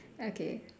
okay